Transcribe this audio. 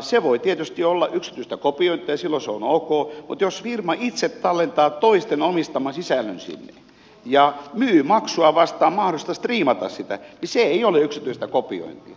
se voi tietysti olla yksityistä kopiointia silloin se on ok mutta jos firma itse tallentaa toisten omistaman sisällön sinne ja myy maksua vastaan mahdollisuutta striimata sitä niin se ei ole yksityistä kopiointia